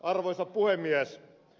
arvoisa puhemies